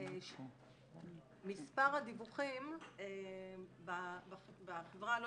שיעור הדיווחים בחברה הלא